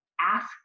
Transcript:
ask